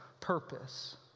purpose